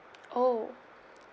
oh